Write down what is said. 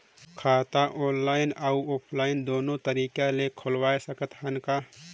खाता ऑनलाइन अउ ऑफलाइन दुनो तरीका ले खोलवाय सकत हन का?